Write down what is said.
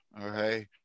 Okay